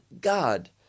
god